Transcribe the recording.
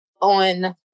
on